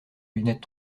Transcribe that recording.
lunettes